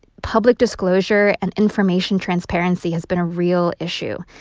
public disclosure and information transparency has been a real issue.